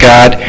God